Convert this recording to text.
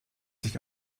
sich